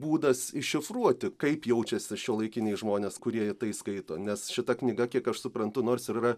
būdas iššifruoti kaip jaučiasi šiuolaikiniai žmonės kurie tai skaito nes šita knyga kiek aš suprantu nors ir yra